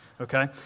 okay